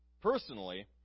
personally